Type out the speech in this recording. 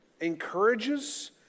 encourages